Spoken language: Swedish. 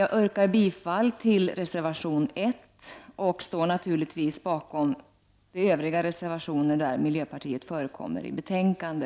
Jag yrkar bifall till reservation 1 och stöder naturligtvis övriga reservationer som miljöpartiet har varit med om att avge.